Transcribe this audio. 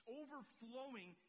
overflowing